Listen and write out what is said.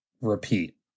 Repeat